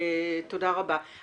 תודה רבה.